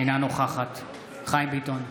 אינה נוכחת חיים ביטון,